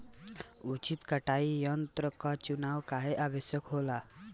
उचित कटाई यंत्र क चुनाव काहें आवश्यक होला?